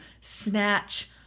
snatch